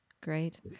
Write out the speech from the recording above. great